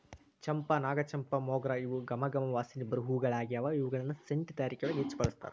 ಚಂಪಾ, ನಾಗಚಂಪಾ, ಮೊಗ್ರ ಇವು ಗಮ ಗಮ ವಾಸನಿ ಬರು ಹೂಗಳಗ್ಯಾವ, ಇವುಗಳನ್ನ ಸೆಂಟ್ ತಯಾರಿಕೆಯೊಳಗ ಹೆಚ್ಚ್ ಬಳಸ್ತಾರ